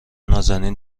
نازنین